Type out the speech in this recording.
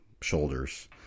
shoulders